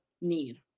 need